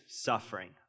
suffering